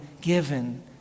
given